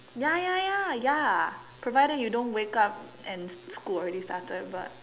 ya ya ya ya provided you don't wake up and school already started but